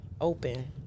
open